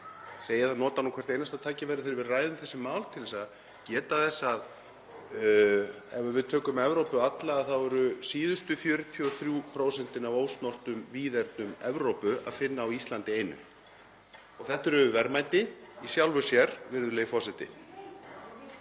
staðar. Ég nota hvert einasta tækifæri þegar við ræðum þessi mál til þess að geta þess að ef við tökum Evrópu alla eru síðustu 43% af ósnortnum víðernum Evrópu að finna á Íslandi einu. Þetta eru verðmæti í sjálfu sér, virðulegi forseti.